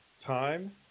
time